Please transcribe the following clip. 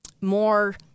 more